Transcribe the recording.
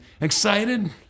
excited